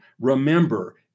remember